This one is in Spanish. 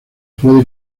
puede